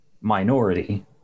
minority